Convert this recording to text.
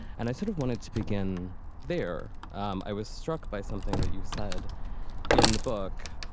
and i sort of wanted to begin there. um i was struck by something that you said in the book.